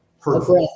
perfect